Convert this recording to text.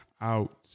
out